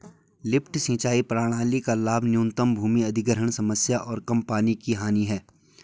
lift सिंचाई प्रणाली का लाभ न्यूनतम भूमि अधिग्रहण समस्या और कम पानी की हानि है